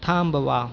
थांबवा